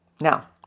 Now